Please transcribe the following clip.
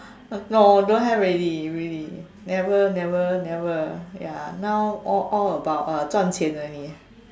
no don't have already really never never never ya now all all about uh 赚钱 only